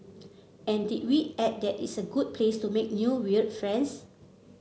and did we add that it's a good place to make new weird friends